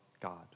God